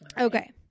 Okay